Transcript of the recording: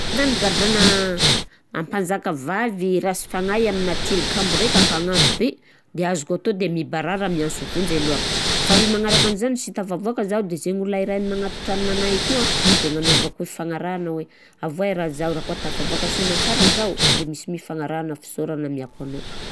Zah nigadrana ampanjakavavy rasy fagnahy amina tilikambo raika ka agnambo be, de azoko de mibarara mianso vonzy aloha; faharoa magnaraka anzany, raha sy tafavoaka zaho de zay olona ray magnatitra hanignanahy akeo an de agnanaovako fifanarahana hoe avoahy raha zaho, raha tafavoaka soa amansara zaho de misy m- ifagnarahana fisaorana amiako anao.